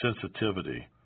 sensitivity